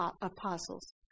apostles